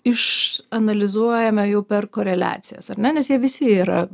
išanalizuojame jau per koreliacijas ar ne nes jie visi yra